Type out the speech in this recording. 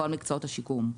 כל מקצועות השיקום.